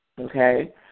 okay